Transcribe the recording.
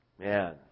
Man